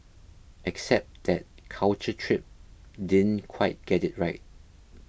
except that Culture Trip didn't quite get it right